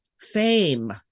fame